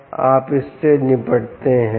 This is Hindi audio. आप इससे निपटते हैं